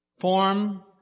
form